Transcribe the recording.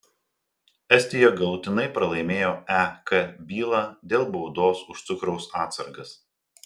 estija galutinai pralaimėjo ek bylą dėl baudos už cukraus atsargas